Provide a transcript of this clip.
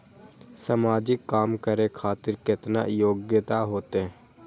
समाजिक काम करें खातिर केतना योग्यता होते?